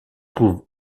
trouve